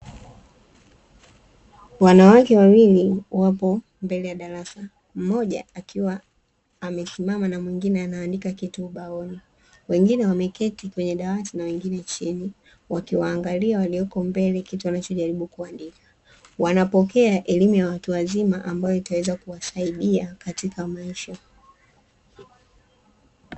Wanawake wawili wapo mbele ya darasa, mmoja akiwa amesimama na mwingine anaandika kitu ubaoni. Wengine wameketi kwenye dawati na wengine chini, wakiwaangalia walioko mbele, kitu wanachojaribu kuandika. Wanapokea elimu ya watu wazima ambayo itaweza kuwasaidia katika maisha yao.